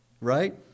right